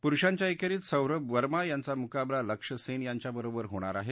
पुरुषांच्या एकेरी सौरभ वर्मा यांचा मुकाबला लक्ष्य सेन यांच्याबरोबर होणार आहे